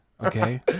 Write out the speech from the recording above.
okay